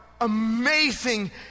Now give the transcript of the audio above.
amazing